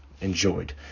enjoyed